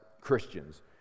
Christians